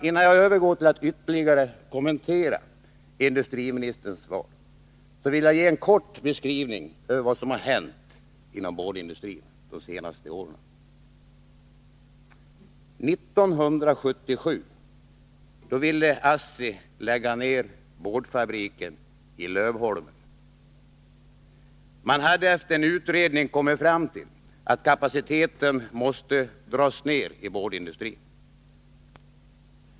Innan jag övergår till att ytterligare kommentera industriministerns svar vill jag ge en kort beskrivning av vad som hänt inom boardindustrin de senaste åren. 1977 ville ASSI lägga ner boardfabriken i Lövholmen. Man hade efter en utredning kommit fram till att kapaciteten måste dras ned i boardindustrin.